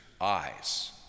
eyes